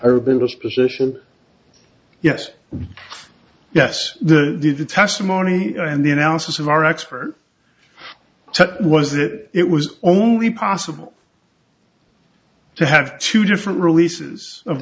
is position yes yes the testimony and the analysis of our expert was that it was only possible to have two different releases of